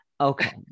Okay